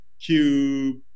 Cube